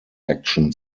action